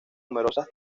numerosas